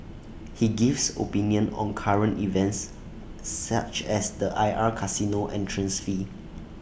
he gives opinions on current events such as the I R casino entrance fee